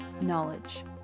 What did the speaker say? Knowledge